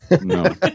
no